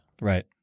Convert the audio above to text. right